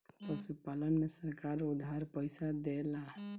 पशुपालन में सरकार उधार पइसा देला?